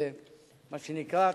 מה שנקרא,